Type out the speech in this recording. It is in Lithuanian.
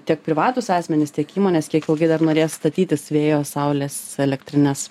tiek privatūs asmenys tiek įmonės kiek ilgai dar norės statytis vėjo saulės elektrines